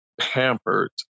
pampered